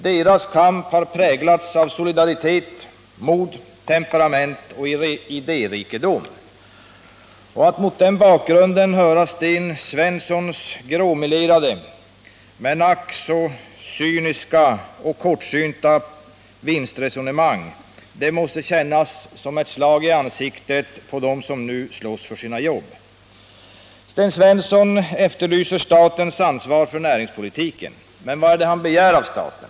Deras kamp har präglats av solidaritet, mod, temperament och idérikedom. Att mot den bakgrunden höra Sten Svenssons gråmelerade men ack så cyniska och kortsynta vinstresonemang måste kännas som ett slag i ansiktet på dem som nu slåss för sina jobb. Sten Svensson efterlyser statens ansvar för näringspolitiken. Men vad är det han begär av staten?